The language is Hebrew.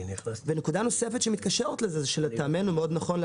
ונקודה נוספת שמתקשרת לזה היא שלטעמנו נכון מאוד